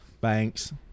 Banks